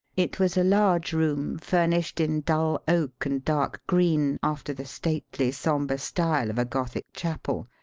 it was a large room furnished in dull oak and dark green after the stately, sombre style of a gothic chapel,